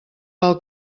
pel